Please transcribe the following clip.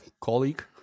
colleague